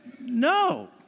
no